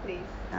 place